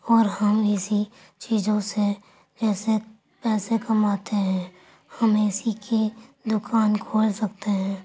اور ہم اسی چیزوں سے پیسے پیسے کماتے ہیں ہم اے سی کی دکان کھول سکتے ہیں